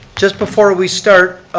just before we start,